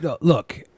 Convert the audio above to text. Look